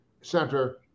center